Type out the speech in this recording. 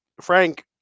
Frank